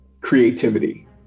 creativity